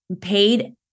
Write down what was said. paid